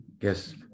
Yes